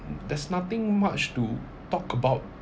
there's nothing much to talk about